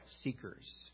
seekers